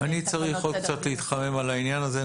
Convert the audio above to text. אני צריך עוד קצת להתחמם על העניין הזה.